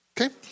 Okay